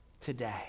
today